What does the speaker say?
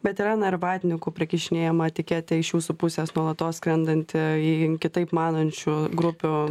bet yra na ir vatnikų prikišinėjama etiketė iš jūsų pusės nuolatos skrendanti į kitaip manančių grupių